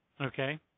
Okay